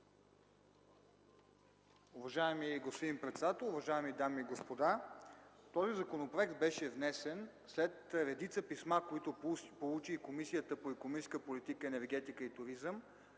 Уважаеми господин председател, уважаеми дами и господа! Този законопроект беше внесен след редица писма, които получи Комисията по икономическата политика, енергетика и туризъм